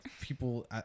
people